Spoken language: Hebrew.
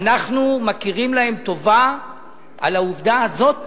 אנחנו מכירים להם טובה על העובדה הזאת